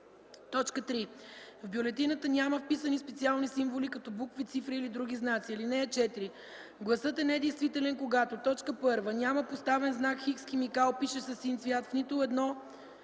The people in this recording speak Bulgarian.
листа; 3. в бюлетината няма вписани специални символи като букви, цифри или други знаци. (4) Гласът е недействителен, когато: 1. няма поставен знак „Х”, с химикал, пишещ със син цвят, в нито едно